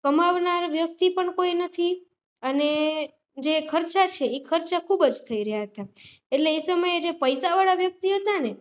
કમાવનાર વ્યક્તિ પણ કોઈ નથી અને જે ખર્ચા છે એ ખર્ચા ખૂબ જ થઈ રહ્યા હતા એટલે એ સમયે પૈસાવાળા વ્યક્તિ હતા ને